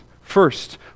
First